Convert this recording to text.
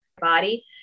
body